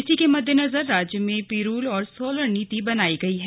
इसी के मद्देनजर राज्य में पिरूल और सोलर नीति बनायी गई है